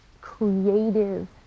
creative